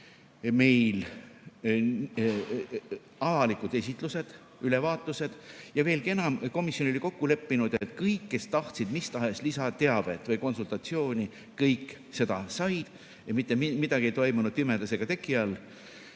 meil avalikud esitlused, ülevaatused, ja veelgi enam, komisjon oli kokku leppinud, et kõik, kes tahtsid mis tahes lisateavet või konsultatsiooni, kõik seda said ja mitte midagi ei toimunud pimedas ega teki all.